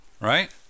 right